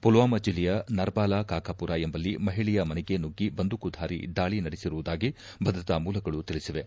ಫುಲ್ವಾಮಾ ಜಿಲ್ಲೆಯ ನರ್ಬಾಲಾ ಕಾಕಾಪುರ ಎಂಬಲ್ಲಿ ಮಹಿಳೆಯ ಮನೆಗೆ ನುಗ್ಗಿ ಬಂದೂಕುಧಾರಿ ದಾಳಿ ನಡೆಸಿರುವುದಾಗಿ ಭದ್ರತಾ ಮೂಲಗಳು ತಿಳಿಸಿವೆ